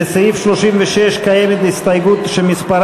לסעיף 36 קיימת הסתייגות מס'